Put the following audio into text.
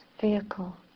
vehicle